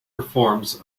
reforms